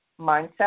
mindset